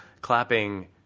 clapping